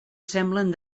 semblen